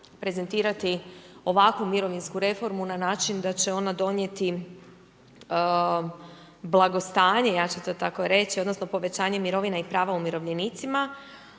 prezentirati ovakvu mirovinsku reformu na način da će ona donijeti blagostanje, ja ću to tako reći, odnosno povećanje mirovine i prava umirovljenicima,